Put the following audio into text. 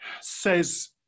says